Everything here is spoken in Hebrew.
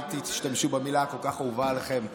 אל תשתמשו במילה הכל-כך אהובה עליכם לשווא,